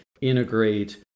integrate